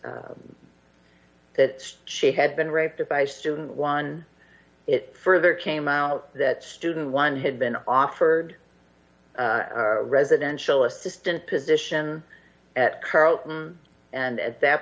that she had been raped by student one it further came out that student one had been offered a residential assistant position at carlton and at that